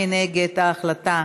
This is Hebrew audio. מי נגד ההחלטה?